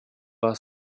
war